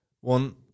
one